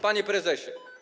Panie Prezesie!